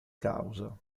causa